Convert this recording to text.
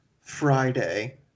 Friday